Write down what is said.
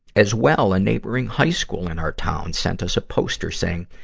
as well, a neighboring high school in our town sent us a poster saying,